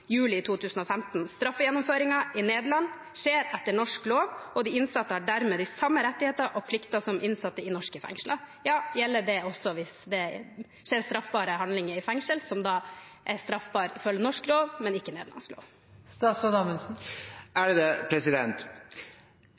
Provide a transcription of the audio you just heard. juli 2015: «Straffegjennomføringen i Nederland skjer etter norsk lov, og de innsatte har dermed de samme rettigheter og plikter som innsatte i norske fengsler.» Gjelder det også hvis det skjer handlinger i fengsel som er straffbare ifølge norsk lov, men ikke nederlandsk lov?